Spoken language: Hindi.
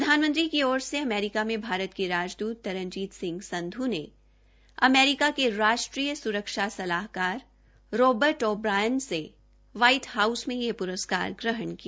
प्रधानमंत्री की ओर से अमेरिका में भारत के राजदूत तरनजीत सिंह संधू ने अमेरिका के राष्ट्रीय सुरक्षा सलाहकार राबर्ट ओ ब्रायन से व्हायट हाऊस में यह प्रस्कार ग्रहण कि